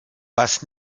was